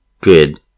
good